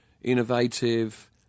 innovative